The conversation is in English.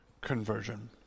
conversion